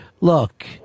look